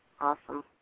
Awesome